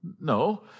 No